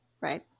right